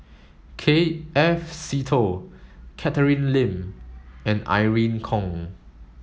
K F Seetoh Catherine Lim and Irene Khong